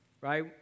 Right